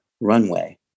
runway